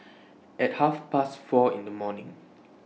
At Half Past four in The morning